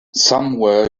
somewhere